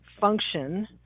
function